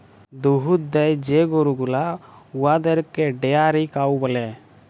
দুহুদ দেয় যে গরু গুলা উয়াদেরকে ডেয়ারি কাউ ব্যলে